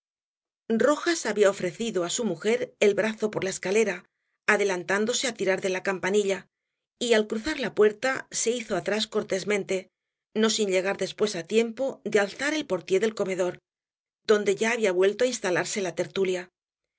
rojas había ofrecido á su mujer el brazo por la escalera adelantándose á tirar de la campanilla y al cruzar la puerta se hizo atrás cortésmente no sin llegar después á tiempo de alzar el portier del comedor donde ya había vuelto á instalarse la